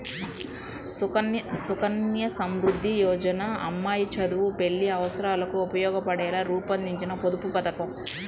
సుకన్య సమృద్ధి యోజన అమ్మాయి చదువు, పెళ్లి అవసరాలకు ఉపయోగపడేలా రూపొందించిన పొదుపు పథకం